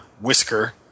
Whisker